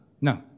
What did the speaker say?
No